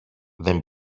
δεν